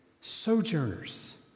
Sojourners